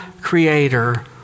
creator